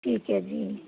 ਠੀਕ ਐ ਜੀ